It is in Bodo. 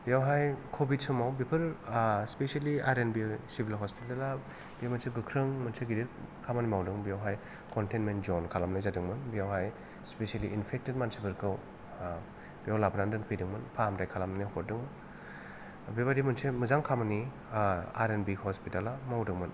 बेवहाय कभिद समाव बेफोर specially R N B civil हस्पिताला बे मोनसे गोख्रों मोनसे गिदिर खामानि मावदों बेवहाय कन्टेनमेन्ट ज'न खालामनाय जादोंमोन बेवहाय स्पेसियेलि इनफेक्टेड मानसिफोरखौ बेयाव लाबोनानै दोनफैदोंमोन फाहामथाय खालामनायाव हरदोंमोन बेबायदि मोनसे मोजां खामानि आर एन बि हस्पिताला मावदोंमोन